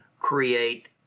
create